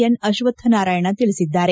N Ashwathnarayan ತಿಳಿಸಿದ್ದಾರೆ